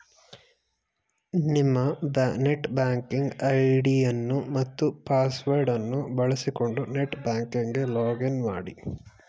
ನಿಮ್ಮ net banking ಐಡಿಯನ್ನು ಮತ್ತು ಪಾಸ್ವರ್ಡ್ ಅನ್ನು ಬಳಸಿಕೊಂಡು ನೆಟ್ ಬ್ಯಾಂಕಿಂಗ್ ಗೆ ಲಾಗ್ ಇನ್ ಮಾಡಿ